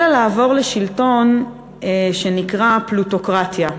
אלא לעבור לשלטון שנקרא פלוטוקרטיה.